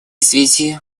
связи